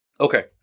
Okay